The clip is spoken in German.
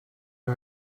ihr